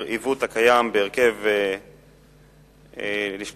בבקשה, אדוני.